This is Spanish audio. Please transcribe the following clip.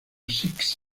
six